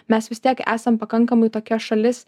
mes vis tiek esam pakankamai tokia šalis